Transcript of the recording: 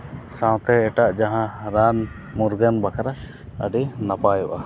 ᱥᱟᱶᱛᱮ ᱮᱴᱟᱜ ᱡᱟᱦᱟᱸ ᱨᱟᱱ ᱢᱩᱨᱜᱟᱹᱱ ᱵᱟᱠᱷᱨᱟ ᱟᱹᱰᱤ ᱱᱟᱯᱟᱭᱚᱜᱼᱟ